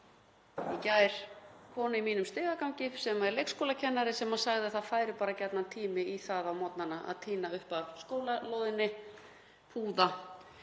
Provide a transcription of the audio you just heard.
í gær konu í mínum stigagangi sem er leikskólakennari sem sagði að það færi gjarnan tími í það á morgnana að tína upp af skólalóðinni púða